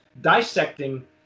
dissecting